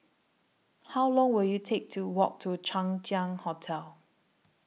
How Long Will IT Take to Walk to Chang Ziang Hotel